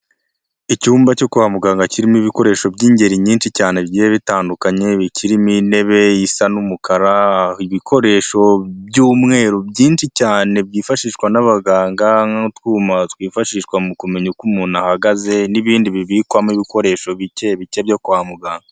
Icyumba cyo kwa muganga kirimo ibikoresho by'ingeri nyinshi cyane bigiye bitandukanye, kirimo intebe isa n'umukara, ibikoresho by'umweru byinshi cyane byifashishwa n'abaganga, nk'utwuma twifashishwa mu kumenya uko umuntu ahagaze, n'ibindi bibikwamo ibikoresho bike bike byo kwa muganga.